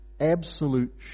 absolute